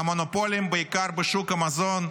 והמונופולים, בעיקר בשוק המזון,